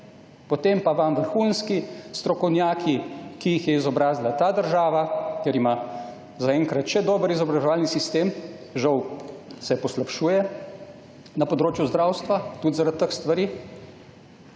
Potem pa vam vrhunski strokovnjaki, ki jih je izobrazila ta država, ker ima zaenkrat še dober izobraževalni sistem, žal se poslabšuje na področju zdravstva tudi zaradi teh stvari,